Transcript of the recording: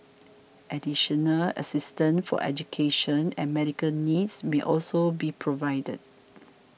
additional assistance for education and medical needs may also be provided